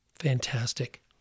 Fantastic